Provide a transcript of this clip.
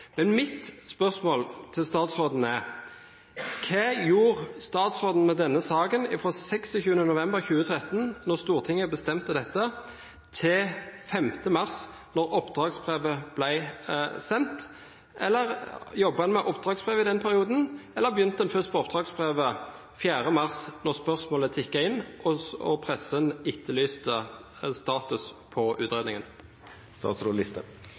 Mitt spørsmål til statsråden er: Hva gjorde statsråden med denne saken fra 26. november 2013, da Stortinget bestemte dette, til 5. mars, da oppdragsbrevet ble sendt? Jobbet en med oppdragsbrevet i denne perioden, eller begynte en først på oppdragsbrevet 4. mars, da spørsmålet tikket inn, og pressen etterlyste status for utredningen?